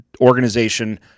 organization